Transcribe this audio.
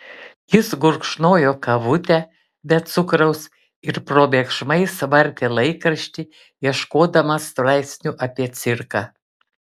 jis gurkšnojo kavutę be cukraus ir probėgšmais vartė laikraštį ieškodamas straipsnių apie cirką